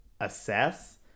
assess